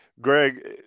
greg